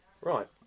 Right